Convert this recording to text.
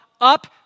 up